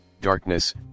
darkness